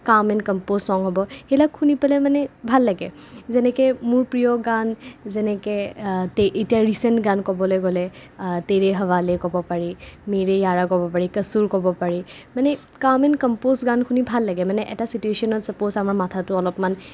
কাম and composed song হ'ব সেইবিলাক শুনি পেলাই মানে ভাল লাগে যেনেকে মোৰ প্ৰিয় গান যেনেকে তে এতিয়া ৰিচেণ্ট গান ক'বলে গ'লে তেৰে হাৱালে ক'ব পাৰি মেৰে য়াৰা ক'ব পাৰি কচুৰ ক'ব পাৰি মানে কাম এণ্ড কম্প'জ গান শুনি ভাল লাগে মানে এটা চিটুৱেশ্বনত চাপোজ আমাৰ মাথাটো অলপমান